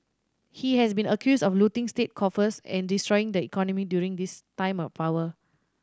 he has been accused of looting state coffers and destroying the economy during this time in power